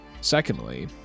Secondly